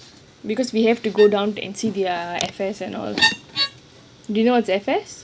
because we have to go down and see their affairs and all do you know what's affairs